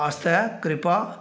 आस्तै कृपा